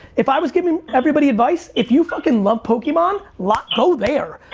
if i was giving everybody advice, if you fucking love pokemon, lock, go there,